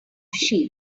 sheep